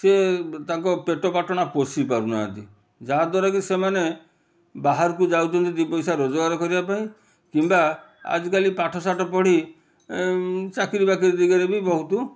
ସେ ତାଙ୍କ ପେଟପାଟଣା ପୋଷି ପାରୁନାହାନ୍ତି ଯାହାଦ୍ଵାରା କି ସେମାନେ ବାହାରକୁ ଯାଉଛନ୍ତି ଦୁଇପଇସା ରୋଜଗାର କରିବାପାଇଁ କିମ୍ବା ଆଜିକାଲି ପାଠସାଠ ପଢ଼ି ଚାକିରିବାକିରି ଦିଗରେ ବି ବହୁତ